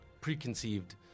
preconceived